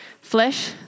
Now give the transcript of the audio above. Flesh